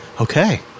Okay